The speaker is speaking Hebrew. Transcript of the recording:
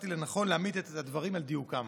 מצאתי לנכון להעמיד את הדברים על דיוקם.